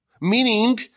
meaning